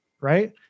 right